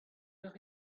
eur